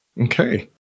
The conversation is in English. Okay